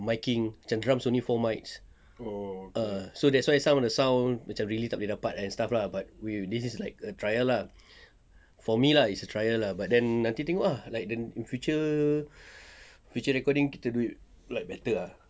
miking macam drums only four mikes err so that's why some sound macam really tak boleh dapat and stuff lah but we this is like a trial ah for me lah it's a trial ah but then nanti tengok ah like in future future recording kita do it like better ah